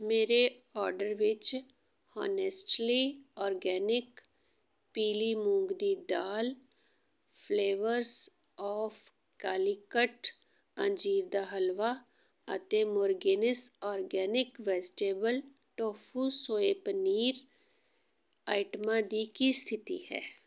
ਮੇਰੇ ਆਰਡਰ ਵਿੱਚ Honestly Organic ਪੀਲੀ ਮੂੰਗ ਦੀ ਦਾਲ ਫਲਵੇਰੱਜ ਆਫ ਕਾਲੀਕਟ ਅੰਜੀਰ ਦਾ ਹਲਵਾ ਅਤੇ ਮੁਰਗਿਨਸ organic vegetable tofu soy paneer ਆਈਟਮਾਂ ਦੀ ਕੀ ਸਥਿਤੀ ਹੈ